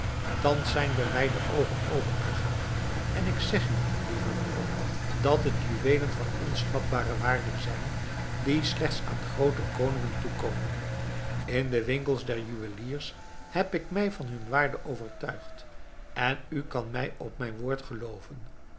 thans zijn mij de oogen opengegaan en ik zeg u lieve moeder dat het juweelen van onschatbare waarde zijn die slechts aan groote koningen toekomen in de winkels der juweliers heb ik mij van hun waarde overtuigd en u kan mij op mijn woord gelooven